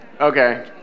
Okay